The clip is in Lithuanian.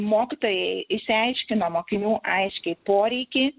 mokytojai išsiaiškino mokinių aiškiai poreikį